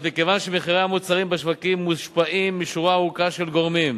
מכיוון שמחירי המוצרים בשווקים מושפעים משורה ארוכה של גורמים,